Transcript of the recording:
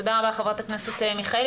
תודה רבה, חברת הכנסת מיכאלי.